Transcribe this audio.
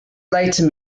later